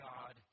God